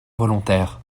volontaires